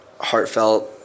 heartfelt